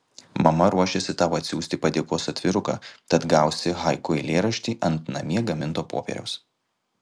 mama ruošiasi tau atsiųsti padėkos atviruką tad gausi haiku eilėraštį ant namie gaminto popieriaus